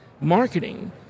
marketing